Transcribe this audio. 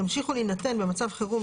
ימשיכו להינתן במצב חירום,